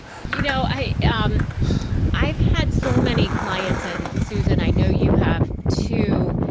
you know, i, um i've had so many clients and susan, i know you have too,